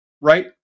right